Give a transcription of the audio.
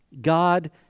God